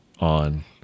on